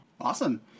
Awesome